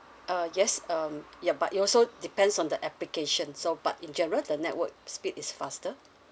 uh yes um ya but it also depends on the application so but in general the network speed is faster